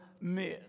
miss